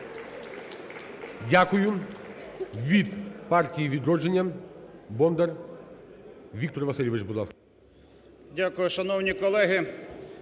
Дякую. Від "Партії "Відродження" Бондар Віктор Васильович. Будь